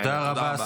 תודה רבה.